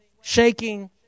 shaking